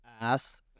ass